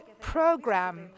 program